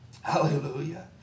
Hallelujah